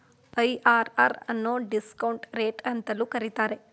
IRR ಅನ್ನು discount rate ಅಂತಲೂ ಕರೀತಾರೆ